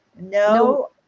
No